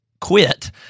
quit